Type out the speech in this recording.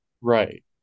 right